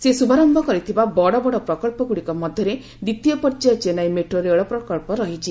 ସେ ଶୁଭାରମ୍ଭ କରିଥିବା ବଡ଼ ବଡ଼ ପ୍ରକଳ୍ପଗୁଡ଼ିକ ମଧ୍ୟରେ ଦ୍ୱିତୀୟ ପର୍ଯ୍ୟାୟ ଚେନ୍ନାଇ ମେଟ୍ରୋ ରେଳ ପ୍ରକଳ୍ପ ରହିଛି